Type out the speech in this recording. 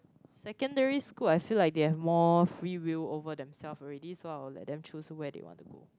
secondary school I feel like they've more free will over themselves already so I will let them choose where they want to go